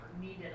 needed